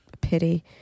pity